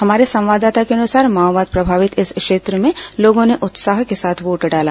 हमारे संवाददाता के अनुसार माओवाद प्रभावित इस क्षेत्र में लोगों ने उत्साह के साथ वोट डाला